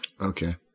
Okay